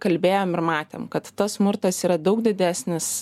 kalbėjom ir matėm kad tas smurtas yra daug didesnis